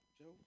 Joe